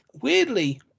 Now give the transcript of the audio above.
weirdly